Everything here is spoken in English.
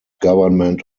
government